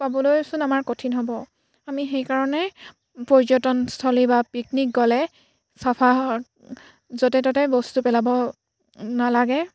পাবলৈচোন আমাৰ কঠিন হ'ব আমি সেইকাৰণে পৰ্যটনস্থলী বা পিকনিক গ'লে চাফা য'তে ত'তে বস্তু পেলাব নালাগে